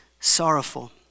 Sorrowful